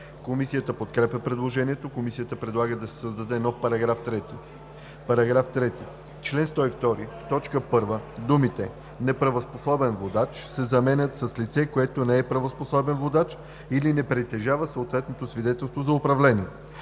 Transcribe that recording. Комисията подкрепя предложението. Комисията предлага да се създаде нов § 3: „§ 3. В чл. 102, т. 1 думите „неправоспособен водач“ се заменят с „лице, което не е правоспособен водач или не притежава съответното свидетелство за управление,